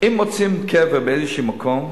אם מוצאים קבר באיזה מקום,